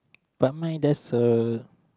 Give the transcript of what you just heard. but mine there's a